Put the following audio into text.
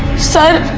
sir,